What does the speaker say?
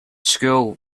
school